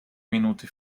minuti